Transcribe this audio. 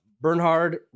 Bernhard